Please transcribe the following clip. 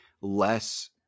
less